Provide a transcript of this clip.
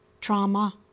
trauma